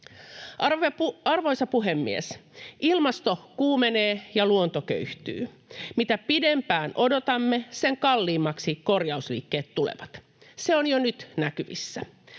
Arvoisa puhemies! Ilmasto kuumenee, ja luonto köyhtyy. Mitä pidempään odotamme, sen kalliimmaksi korjausliikkeet tulevat. Se on jo nyt näkyvissä.